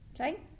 Okay